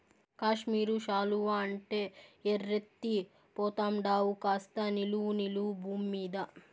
కాశ్మీరు శాలువా అంటే ఎర్రెత్తి పోతండావు కాస్త నిలు నిలు బూమ్మీద